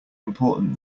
important